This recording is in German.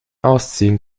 ausziehen